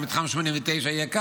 במתחם 89 יהיה כך.